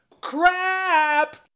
crap